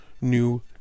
new